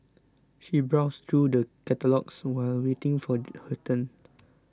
she browsed through the catalogues while waiting for her turn